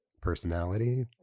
personality